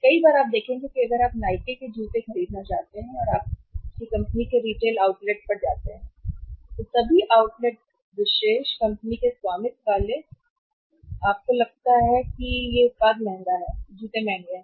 कई बार आप देखेंगे कि अगर आप नाइके के जूते खरीदना चाहते हैं और अगर आप कंपनी के रिटेल आउटलेट पर जाते हैं सभी आउटलेट विशेष कंपनी के स्वामित्व वाले आउटलेट अनन्य स्टोर आपको लगता है कि उत्पाद महंगा है जूते महंगे हैं